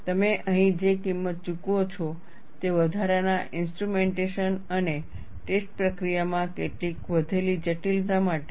તમે અહીં જે કિંમત ચૂકવો છો તે વધારાના ઇન્સ્ટ્રુમેન્ટેશન અને ટેસ્ટ પ્રક્રિયામાં કેટલીક વધેલી જટિલતા માટે છે